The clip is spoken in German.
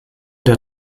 der